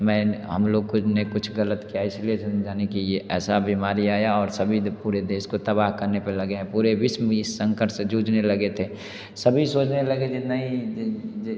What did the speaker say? मैं हम लोग को ने कुछ गलत किया इसलिए यानि कि ये ऐसा बीमारी आया और सभी पूरे देश को तबाह करने पे लगे हैं पूरे विश्व में इस संकट से जूझने लगे थे सभी सोचने लगे थे नहीं